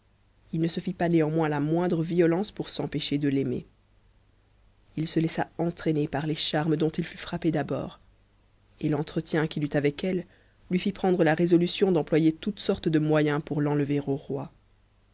il ne se fit pas néanmoins la moindre violence pour s'empêcher de t'aimer il se laissa entraîner par les charmes dont il fut frappé d'abord et l'entretien qu'il eut avec elle lui fit prendre la résolution d'employer toute sorte de moyens pour l'enlever au roi